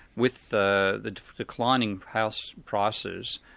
with the the declining house prices,